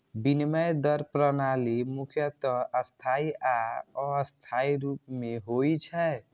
विनिमय दर प्रणाली मुख्यतः स्थायी आ अस्थायी रूप मे होइ छै